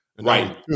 right